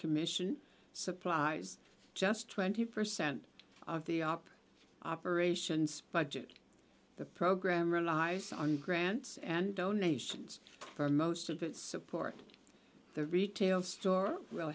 commission surprise just twenty percent of the op operations budget the program relies on grants and donations for most of its support the retail store will